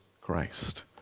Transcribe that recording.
Christ